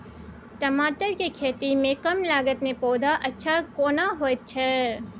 टमाटर के खेती में कम लागत में पौधा अच्छा केना होयत छै?